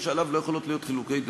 שעליו לא יכולים להיות חילוקי דעות: